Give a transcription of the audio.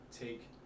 take